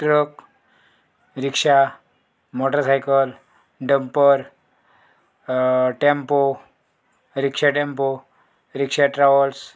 truck rickshaw motorcycle dumper tempo rickshaw tempo rickshaw travels